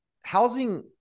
housing